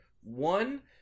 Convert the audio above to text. one